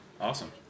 Awesome